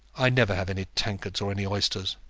i never have any tankards or any oysters.